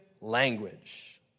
language